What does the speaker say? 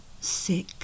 sick